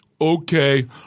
Okay